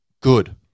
good